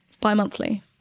bi-monthly